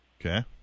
Okay